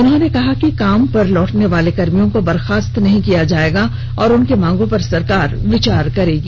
उन्होंने कहा कि काम पर लौटने वाले कर्मियों को बर्खास्त नहीं किया जाएगा और उनकी मांगों पर सरकार विचार करेगी